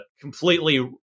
completely